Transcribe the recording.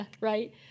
right